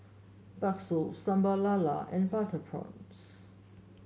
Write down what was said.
bakso Sambal Lala and Butter Prawns